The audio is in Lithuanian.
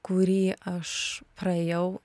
kurį aš praėjau